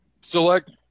Select